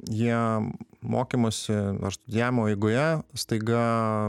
jie mokymosi ar studijavimo eigoje staiga